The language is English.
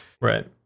right